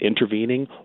intervening